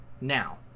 Now